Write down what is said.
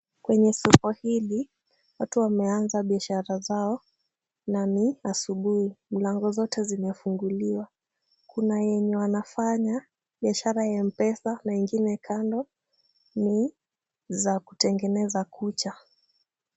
Kwenye soko hili, watu wameanza biashara zao na ni asubuhi, milango zote zimefunguliwa. Kuna wenye wanafanya biashara ya mpesa na ingine kando ni za kutengeneza kucha.